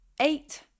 eight